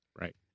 Right